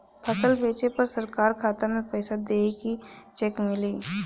फसल बेंचले पर सरकार खाता में पैसा देही की चेक मिली?